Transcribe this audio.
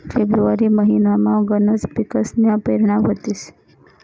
February महिनामा गनच पिकसन्या पेरण्या व्हतीस